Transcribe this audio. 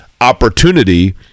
opportunity